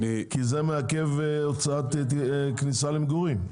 זה מעכב כניסה למגורים,